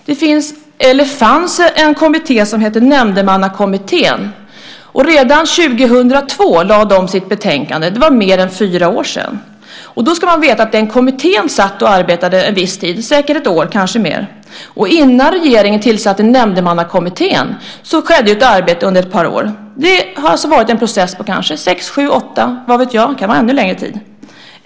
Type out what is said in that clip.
Det fanns en kommitté, Nämndemannakommittén, som redan 2002 lade fram sitt betänkande. Det var för mer än fyra år sedan! Och då ska man komma ihåg att det pågick ett arbete under en viss tid, säkert ett år, kanske mer, innan regeringen tillsatte Nämndemannakommittén, som sedan arbetade under ett par år. Det har alltså varit en process på sex, sju, åtta år - vad vet jag. Det kan vara fråga om ännu längre tid.